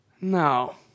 No